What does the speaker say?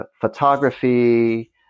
Photography